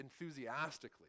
enthusiastically